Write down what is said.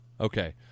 Okay